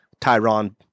Tyron